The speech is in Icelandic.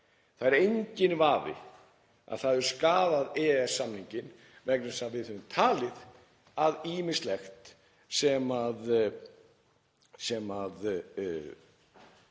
Það er enginn vafi að það hefur skaðað EES-samninginn vegna þess að við höfum talið að ýmislegt sem er